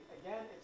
again